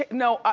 no,